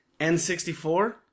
N64